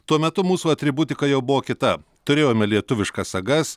tuo metu mūsų atributika jau buvo kita turėjome lietuviškas sagas